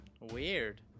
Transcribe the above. Weird